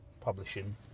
publishing